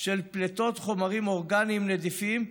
של פליטות חומרים אורגניים נדיפים,